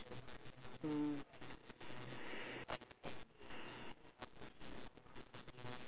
just uh oh not not mixed lah ya ya ya